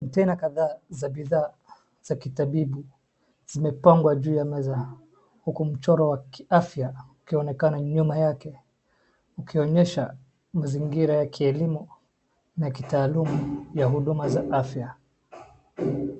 Container kadhaa za bidhaa za kitabibu zimepangwa ju ya meza huku mchoro wa kiafya ukionekana nyuma yake ukionyesha mazingira ya kielimu na kitaalumu ya huduma za afya.